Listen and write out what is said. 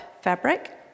fabric